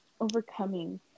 overcoming